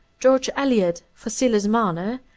george eliot for silas marner,